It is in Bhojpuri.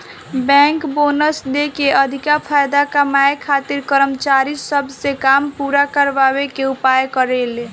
बैंक बोनस देके अधिका फायदा कमाए खातिर कर्मचारी सब से काम पूरा करावे के उपाय करेले